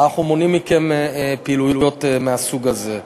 אנחנו מונעים מכם פעילויות מהסוג הזה.